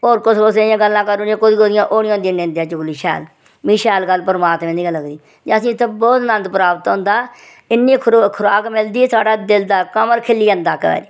होर कुसे कुसे दियां गल्लां करी उड़ियां ओह् नी हुंदियां चुगलियां शैल मिगी शैल गल्ल परमात्मा दी गै लगदी ते असेंगी इत्थै बहुत नन्द प्राप्त होंदा इन्नी खुराक मिलदी ऐ साढ़ा दिल दा कमल खिली जंदा इक्कै बारी